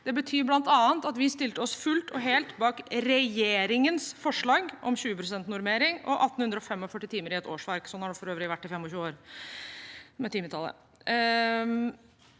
Det betyr bl.a. at vi stilte oss fullt og helt bak regjeringens forslag om 20 pst. normering og 1 845 timer i et årsverk. Sånn har det for øvrig vært i 25 år, når det